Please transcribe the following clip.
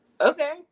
okay